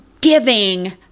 giving